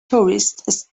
tourists